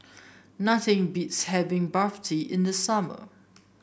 nothing beats having Barfi in the summer